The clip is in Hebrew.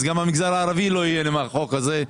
אז גם למגזר הערבי לא יהיה דבר מהחוק הזה.